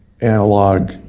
analog